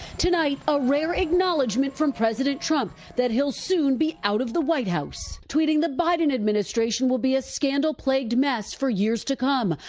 tonight a rare acknowledgement from president trump that he'll soon be out of the white house. tweeting the biden administration will be a scandal plagued mess for years to come,